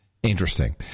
Interesting